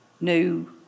New